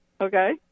Okay